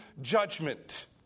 judgment